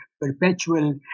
perpetual